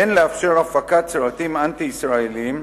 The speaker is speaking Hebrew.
אין לאפשר הפקת סרטים אנטי-ישראליים,